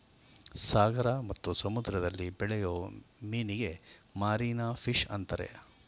ಸಾಗರ ಮತ್ತು ಸಮುದ್ರದಲ್ಲಿ ಬೆಳೆಯೂ ಮೀನಿಗೆ ಮಾರೀನ ಫಿಷ್ ಅಂತರೆ